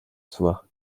soi